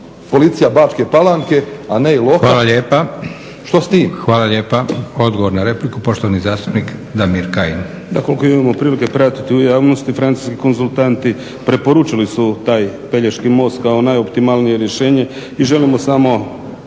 policija Bačke palanke a ne i lokalne, što s tim? **Leko, Josip (SDP)** Hvala lijepa. Odgovor na repliku, poštovani zastupnik Damir Kajin. **Kajin, Damir (Nezavisni)** Da, koliko imamo prilike pratiti u javnosti francuski konzultanti preporučili su taj Pelješki most kao najoptimalnije rješenje i želimo samo